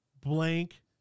blank